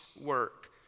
work